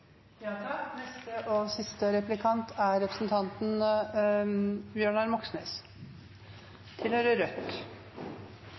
Neste talar er Bjørnar Moxnes.